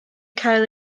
cael